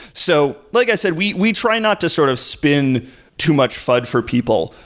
so like i said, we we try not to sort of spin too much fud for people,